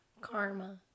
karma